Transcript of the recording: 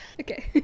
okay